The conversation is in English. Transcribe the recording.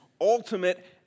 ultimate